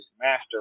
master